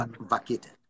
vacated